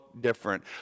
different